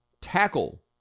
tackle